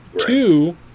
two